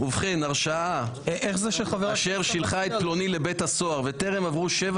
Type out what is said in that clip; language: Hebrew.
"הרשעה אשר שילחה את פלוני לבית הסוהר וטרם עברו שבע